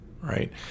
right